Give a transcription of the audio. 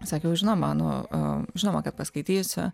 sakiau žinoma nu žinoma kad paskaitysiu